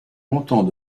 longtemps